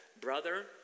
Brother